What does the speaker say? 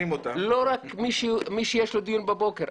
לא רק מי שיש לו דיון בבוקר,